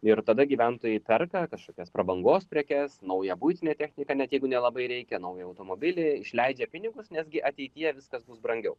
ir tada gyventojai perka kažkokias prabangos prekes naują buitinę techniką net jeigu nelabai reikia naują automobilį išleidžia pinigus nes gi ateityje viskas bus brangiau